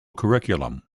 curriculum